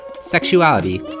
sexuality